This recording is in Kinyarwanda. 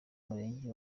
murenge